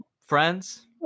friends